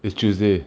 it's tuesday